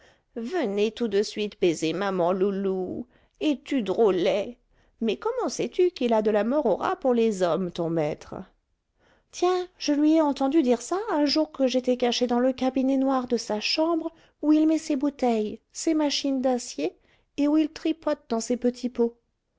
venez tout de suite baiser maman loulou es-tu drôlet mais comment sais-tu qu'il a de la mort aux rats pour les hommes ton maître tiens je lui ai entendu dire ça un jour que j'étais caché dans le cabinet noir de sa chambre où il met ses bouteilles ses machines d'acier et où il tripote dans ses petits pots